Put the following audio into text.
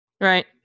right